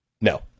No